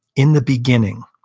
in the beginning,